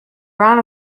ran